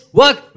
work